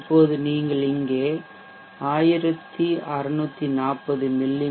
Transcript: இப்போது நீங்கள் இங்கே 1640 மி